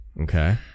Okay